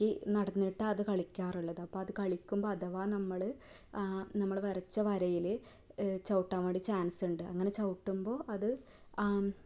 നടന്നിട്ട് അത് കളിക്കാറുള്ളത് അപ്പോൾ അത് കളിക്കുമ്പോൾ അഥവാ നമ്മൾ നമ്മൾ വരച്ച വരയിൽ ചവിട്ടാൻ വേണ്ടി ചാൻസ് ഉണ്ട് അങ്ങനെ ചവിട്ടുമ്പോൾ അത്